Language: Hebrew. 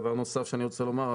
דבר נוסף שאני רוצה לומר,